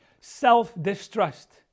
self-distrust